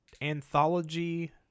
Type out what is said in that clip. anthology